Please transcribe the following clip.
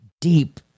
deep